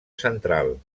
central